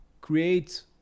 create